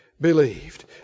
believed